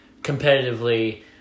competitively